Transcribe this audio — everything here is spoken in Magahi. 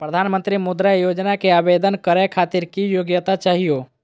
प्रधानमंत्री मुद्रा योजना के आवेदन करै खातिर की योग्यता चाहियो?